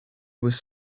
was